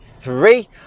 three